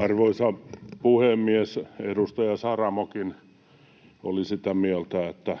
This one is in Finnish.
Arvoisa puhemies! Edustaja Saramokin oli sitä mieltä, että